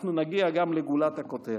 אנחנו נגיע גם לגולת הכותרת.